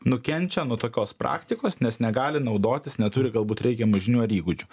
nukenčia nuo tokios praktikos nes negali naudotis neturi galbūt reikiamų žinių ar įgūdžių